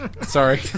Sorry